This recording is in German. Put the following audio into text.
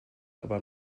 aber